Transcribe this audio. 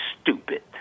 stupid